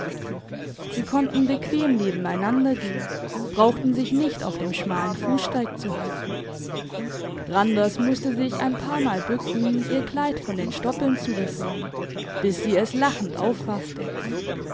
sie konnten bequem nebeneinander gehen brauchten sich nicht auf dem schmalen fusssteig zu halten randers musste sich ein paar mal bücken ihr kleid von den stoppeln zu befreien bis sie es lachend aufraffte